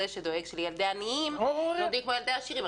שדואג שילדי עניים לומדים כמו ילדי עשירים.